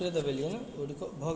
से रहय य